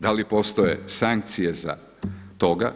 Da li postoje sankcije za toga?